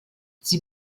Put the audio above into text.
sie